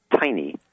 tiny